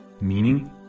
Meaning